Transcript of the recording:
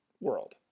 world